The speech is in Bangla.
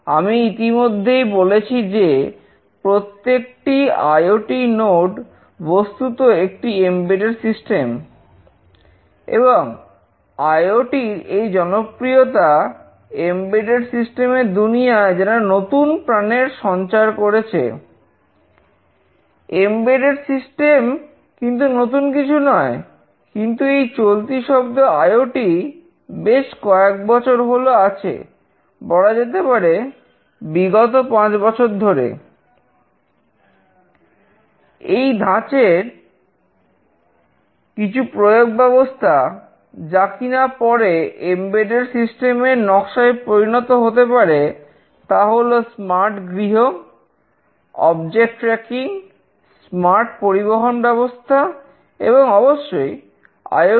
আমি ইতিমধ্যেই বলেছি যে প্রত্যেকটি আইওটি